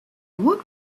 woot